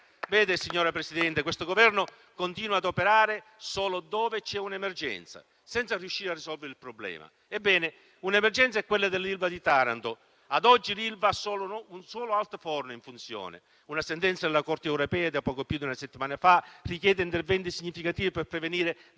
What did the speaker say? Signora Presidente, questo Governo continua ad operare solo dove c'è un'emergenza, senza riuscire a risolvere il problema. Ebbene un'emergenza è quella dell'Ilva di Taranto. Ad oggi l'Ilva ha solo un altoforno in funzione. Una sentenza della Corte europea di poco più una settimana fa richiede interventi significativi per prevenire